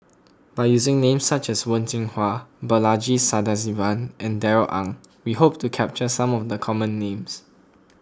by using names such as Wen Jinhua Balaji Sadasivan and Darrell Ang we hope to capture some of the common names